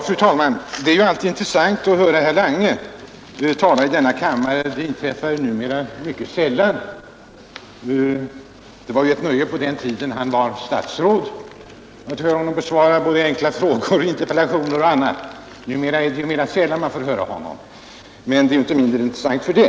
Fru talman! Det är alltid intressant att höra herr Lange tala i denna kammare. Det var ett nöje på den tiden när han var statsråd att höra honom besvara både enkla frågor och interpellationer och yttra sig i andra sammanhang. Numera är det mera sällan man får höra honom, men det är inte mindre intressant för det.